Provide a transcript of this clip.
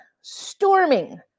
storming